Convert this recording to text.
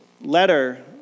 letter